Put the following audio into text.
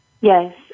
Yes